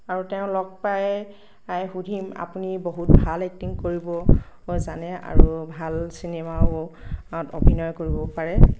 আৰু তেওঁ লগ পাই আই সুধিম আপুনি বহুত ভাল এক্টিং কৰিব জানে আৰু ভাল চিনেমাও অভিনয় কৰিব পাৰে